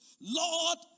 Lord